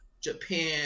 Japan